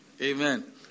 amen